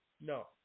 No